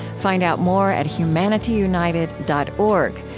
find out more at humanityunited dot org,